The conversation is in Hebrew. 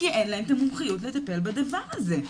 כי אין להם את המומחיות לטפל בדבר הזה.